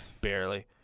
Barely